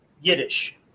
yiddish